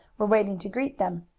were waiting to greet them.